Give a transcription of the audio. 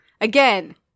again